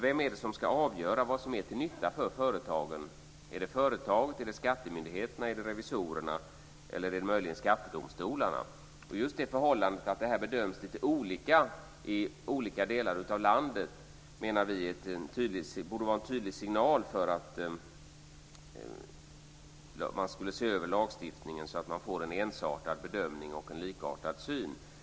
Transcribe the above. Vem är det som ska avgöra vad som är till nytta för företagen? Är det företaget, skattemyndigheten, revisorerna eller är det möjligen skattedomstolarna? Just det förhållandet att det bedöms olika i olika delar av landet borde vara en tydlig signal för att man skulle se över lagstiftningen så att det blir en ensartad bedömning och en likartad syn.